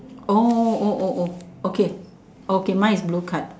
oh oh oh oh okay okay mine is blue card